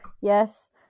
yes